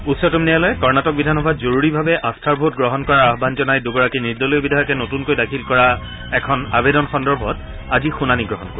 উচ্চতম ন্যায়ালয়ে কৰ্ণাটক বিধানসভাত জৰুৰীভাৱে আস্থাৰ ভোট গ্ৰহণ কৰাৰ আহান জনাই দুগৰাকী নিৰ্দলীয় বিধায়কে নতুনকৈ দাখিল কৰা এখন আৱেদন সন্দৰ্ভত আজি শুনানি গ্ৰহণ কৰিব